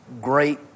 great